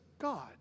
God